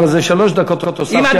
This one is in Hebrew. כבר שלוש דקות הוספתי לך.